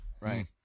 Right